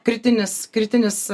kritinis kritinis